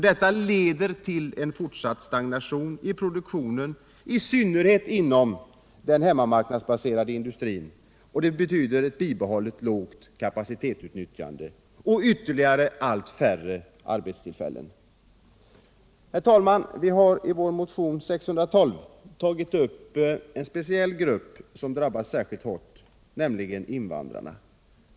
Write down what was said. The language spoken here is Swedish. Detta leder till en fortsatt stagnation i produktionen, i synnerhet inom den hemmamarknadsbaserade industrin. Det betyder ett bibehållet lågt kapacitetsutnyttjande och allt färre arbetstillfällen. Herr talman! Vi har i motionen 612 tagit upp en grupp som har drabbats särskilt hårt, nämligen invandrarna.